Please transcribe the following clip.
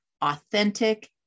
authentic